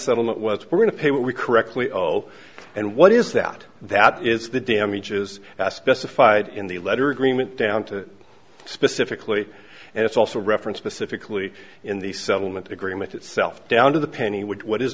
we correctly owe and what is that that is the damages specified in the letter agreement down to specifically and it's also a reference specifically in the settlement agreement itself down to the penny would what is